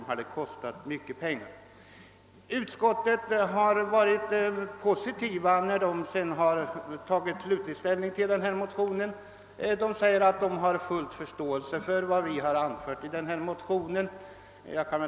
Tredje lagutskottet har ställt sig mycket positiv när det tagit slutlig ställning till vår motion och sagt sig hysa full förståelse för vad vi här anfört.